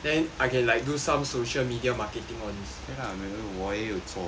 then I can like do some social media marketing all these